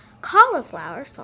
cauliflower